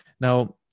now